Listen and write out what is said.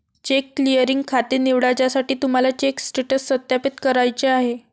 check clearing खाते निवडा ज्यासाठी तुम्हाला चेक स्टेटस सत्यापित करायचे आहे